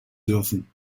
dürfen